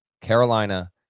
Carolina